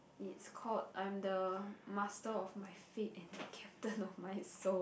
it's called I'm the master of my fate and the captain of my soul